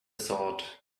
sort